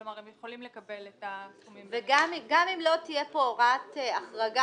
כלומר: הם יכולים לקבל את --- וגם אם לא תהיה פה הוראת החרגה,